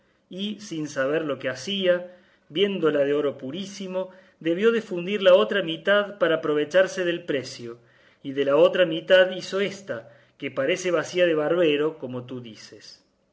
y sin saber lo que hacía viéndola de oro purísimo debió de fundir la otra mitad para aprovecharse del precio y de la otra mitad hizo ésta que parece bacía de barbero como tú dices